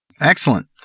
Excellent